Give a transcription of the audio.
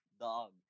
Dog